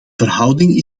verhouding